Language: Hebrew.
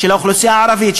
של האוכלוסייה הערבית,